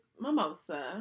Mimosa